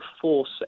force